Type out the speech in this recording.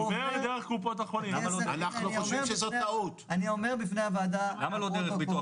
דוגמה אחת, נניח שבעוד שנתיים שכל